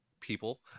people